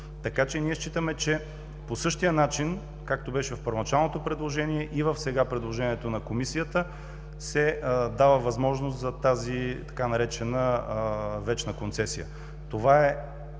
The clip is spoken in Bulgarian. граница. Ние считаме, че по-същия начин, както беше в първоначалното предложение и сега в предложението на Комисията, се дава възможност за така наречената „вечна концесия“. Целта